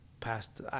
past